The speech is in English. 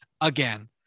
again